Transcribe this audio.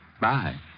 Bye